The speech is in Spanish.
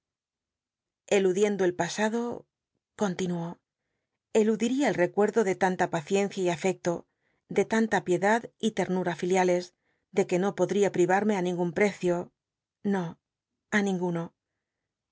eludiendo el pasado continuó eludiría el recuerdo de tanta paciencia y afecto de tanta piedad y letnuta filiales de que no poch'ia pri varme á ningun precio no i ninguno